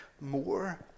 more